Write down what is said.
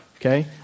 Okay